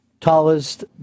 tallest